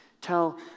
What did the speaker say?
Tell